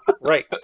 Right